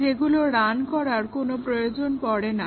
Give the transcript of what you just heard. যেগুলো রান করার কোনো প্রয়োজন পড়ে না